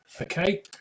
okay